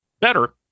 better